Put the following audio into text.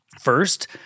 First